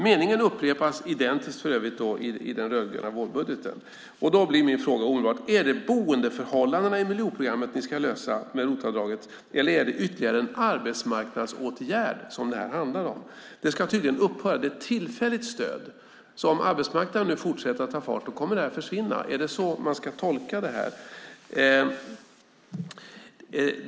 Meningen upprepas för övrigt identiskt i den rödgröna vårbudgeten. Min fråga blir omedelbart: Är det boendeförhållandena i miljonprogrammet ni ska lösa med ROT-avdraget, eller är det ytterligare en arbetsmarknadsåtgärd det handlar om? Detta ska tydligen upphöra. Det är ett tillfälligt stöd. Om arbetsmarknaden fortsätter att ta fart kommer det här att försvinna. Är det så man ska tolka det här?